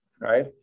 Right